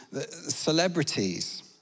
celebrities